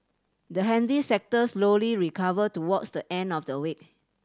the handy sector slowly recovered towards the end of the week